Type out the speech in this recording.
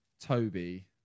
Toby